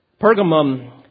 Pergamum